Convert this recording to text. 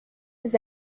his